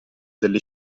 delle